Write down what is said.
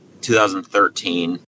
2013